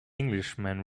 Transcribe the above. englishman